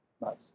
Nice